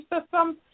systems